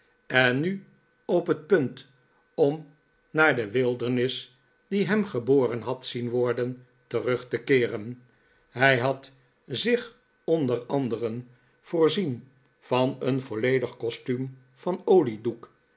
en nu op het punt om naar de wildernis die hem geboren had zien worden terug te keeren hij had zich onder anderen voorzien van een volledig kostuum van olie doek